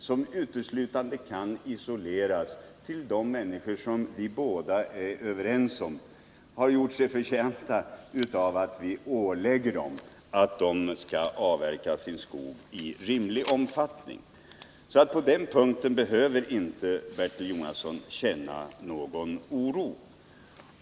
På den punkten behöver Bertil Jonasson sålunda inte känna någon oro.